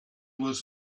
was